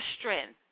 strength